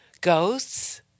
Ghosts